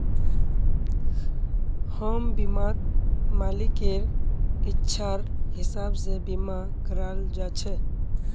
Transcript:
home बीमात मालिकेर इच्छार हिसाब से बीमा कराल जा छे